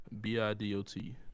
B-I-D-O-T